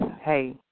hey